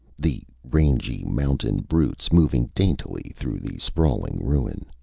the rangy mountain brutes moving daintily through the sprawling ruin.